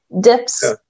dips